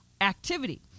activity